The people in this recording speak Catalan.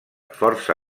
força